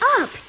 up